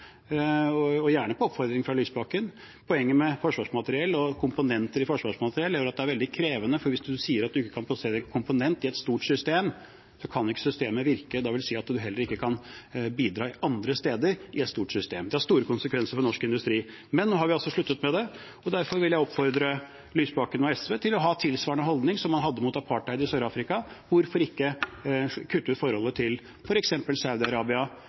Og gjerne på oppfordring fra representanten Lysbakken: Poenget med forsvarsmateriell og komponenter i forsvarsmateriell gjør at det er veldig krevende, for hvis man sier at man ikke kan plassere en komponent i et stort system, kan ikke systemet virke. Det vil si at man heller ikke kan bidra andre steder i et stort system. Det har store konsekvenser for norsk industri. Men nå har vi altså sluttet med det, og derfor vil jeg oppfordre representanten Lysbakken og SV til å ha tilsvarende holdning som man hadde til apartheid i Sør-Afrika. Hvorfor ikke kutte ut forholdet til